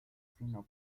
fino